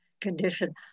condition